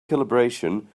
calibration